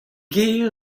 gêr